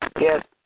Yes